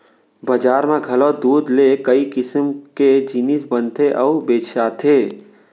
बजार म घलौ दूद ले कई किसम के जिनिस बनथे अउ बेचाथे